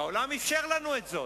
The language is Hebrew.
והעולם אפשר לנו את זה.